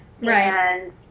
Right